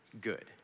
good